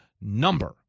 number